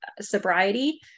sobriety